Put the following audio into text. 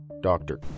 doctor